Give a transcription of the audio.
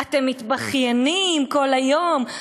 "אתם מתבכיינים כל היום,